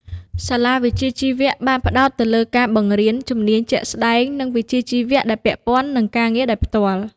សាលាវិជ្ជាជីវៈ បានផ្តោតទៅលើការបង្រៀនជំនាញជាក់ស្តែងនិងវិជ្ជាជីវៈដែលពាក់ព័ន្ធនឹងការងារដោយផ្ទាល់។